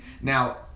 Now